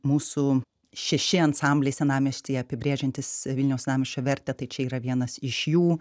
mūsų šeši ansambliai senamiestyje apibrėžiantys vilniaus senamiesčio vertę tai čia yra vienas iš jų